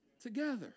Together